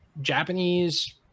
Japanese